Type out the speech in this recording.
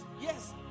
yes